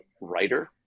writer